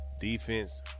Defense